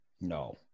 No